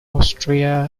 austria